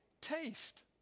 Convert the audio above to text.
taste